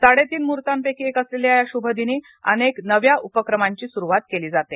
साडेतीन मुहूतपैकी एक असलेल्या या शुभदिनी अनेक नव्या उपक्रमांची सुरुवातही केली जाते